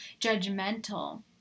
judgmental